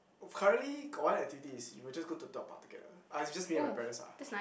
currently got one activity is you'll just go to dog park together ah it's just me and my parents ah